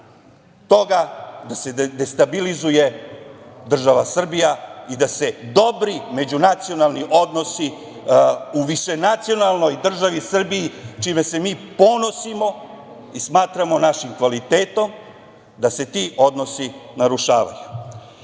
toga da se destabilizuje država Srbija i da se dobri međunacionalni odnosi u višenacionalnoj državi Srbiji, čime se mi ponosimo i smatramo našim kvalitetom, da se ti odnosi narušavaju? Da